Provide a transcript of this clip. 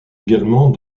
également